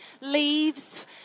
leaves